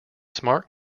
smart